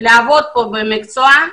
לעבוד במקצוע,